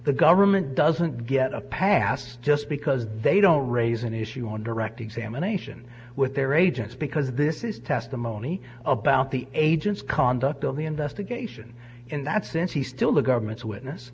the government doesn't get a pass just because they don't raise an issue on direct examination with their agents because this is testimony about the agent's conduct of the investigation in that sense he's still the government's witness